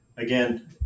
Again